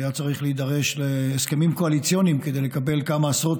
היה צריך להידרש להסכמים קואליציוניים כדי לקבל כמה עשרות